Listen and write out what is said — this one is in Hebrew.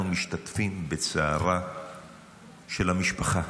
אנחנו משתתפים בצערה של המשפחה.